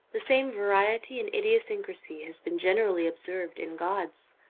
the same variety and idiosyncrasy has been generally observed in gods.